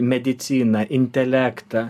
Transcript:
mediciną intelektą